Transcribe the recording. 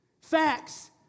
Facts